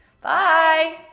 Bye